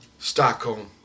Stockholm